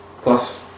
plus